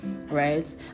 right